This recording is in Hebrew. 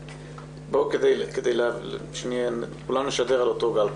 אז בוא כדי שכולנו נשדר על אותו גל.